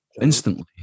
instantly